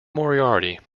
moriarty